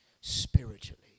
Spiritually